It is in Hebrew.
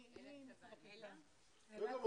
ולכל חברי הוועדה.